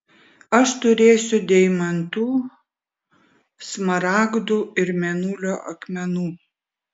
aš turėsiu deimantų smaragdų ir mėnulio akmenų